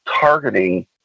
targeting